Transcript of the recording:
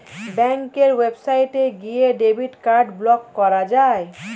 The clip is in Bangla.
ব্যাঙ্কের ওয়েবসাইটে গিয়ে ডেবিট কার্ড ব্লক করা যায়